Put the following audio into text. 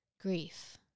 grief